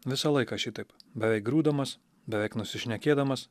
visą laiką šitaip beveik griūdamas beveik nusišnekėdamas